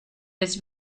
its